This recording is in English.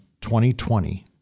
2020